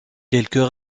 quelques